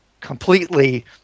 completely